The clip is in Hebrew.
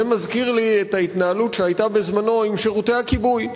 זה מזכיר לי את ההתנהלות שהיתה בזמנה עם שירותי הכיבוי.